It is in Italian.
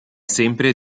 sempre